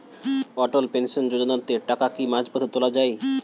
অটল pension যোজনাতে টাকা কি মাঝপথে তোলা যায়?